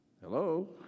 Hello